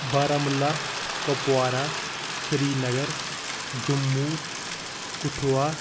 Baramulla Kupwara Srinagar Jammu Kathua